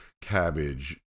cabbage